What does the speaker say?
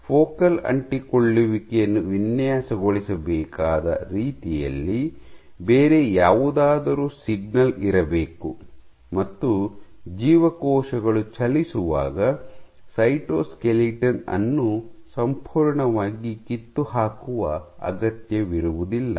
focal ಅಂಟಿಕೊಳ್ಳುವಿಕೆಯನ್ನು ವಿನ್ಯಾಸಗೊಳಿಸಬೇಕಾದ ರೀತಿಯಲ್ಲಿ ಬೇರೆ ಯಾವುದಾದರೂ ಸಿಗ್ನಲ್ ಇರಬೇಕು ಮತ್ತು ಜೀವಕೋಶಗಳು ಚಲಿಸುವಾಗ ಸೈಟೋಸ್ಕೆಲಿಟಲ್ ಅನ್ನು ಸಂಪೂರ್ಣವಾಗಿ ಕಿತ್ತುಹಾಕುವ ಅಗತ್ಯವಿರುವುದಿಲ್ಲ